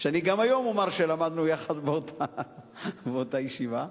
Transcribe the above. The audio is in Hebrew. שאני גם אומר שלמדנו יחד באותה ישיבה,